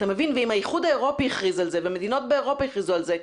ואם האיחוד האירופי הכריז על זה והמדינות באירופה הכריזו על זה,